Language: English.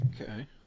okay